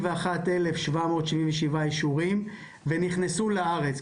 41,777 אישורים; ונכנסו לארץ,